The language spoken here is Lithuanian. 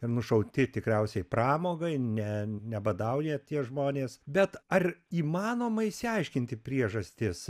ir nušauti tikriausiai pramogai ne nebadauja tie žmonės bet ar įmanoma išsiaiškinti priežastis